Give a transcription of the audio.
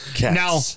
Now